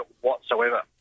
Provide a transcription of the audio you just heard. whatsoever